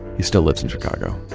he still lives in chicago